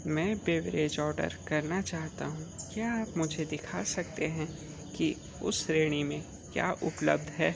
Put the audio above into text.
मैं beverage order करना चाहता हूँ क्या आप मुझे दिखा सकते हैं कि उस श्रेणी में क्या उपलब्ध है